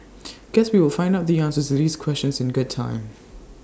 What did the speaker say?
guess we will find out the answers to these questions in good time